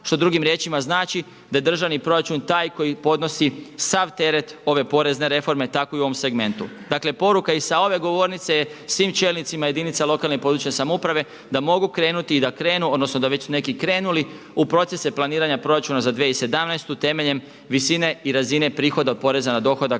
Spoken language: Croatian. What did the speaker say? što drugim riječima znači da je državni proračun taj koji podnosi sav teret ove porezne reforme tako i u ovom segmentu. Dakle, poruka je i sa ove govornice je svim čelnicima jedinica lokalne i područne samouprave da mogu krenuti i da krenu, odnosno da već su neki krenuli u procese planiranja proračuna za 2017. temeljem visine i razine prihoda od poreza na dohodak